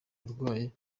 urwaye